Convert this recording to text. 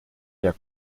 der